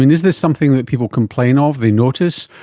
is this something that people complain of, they notice,